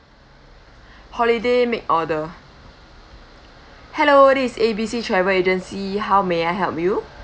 holiday make order hello this is A B C travel agency how may I help you